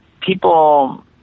people